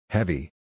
Heavy